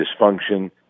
dysfunction